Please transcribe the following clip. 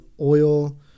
oil